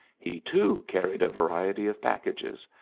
he, too, carried a variety of packages,